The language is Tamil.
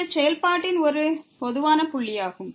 இது செயல்பாட்டின் ஒரு பொதுவான புள்ளியாகும்